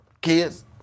kids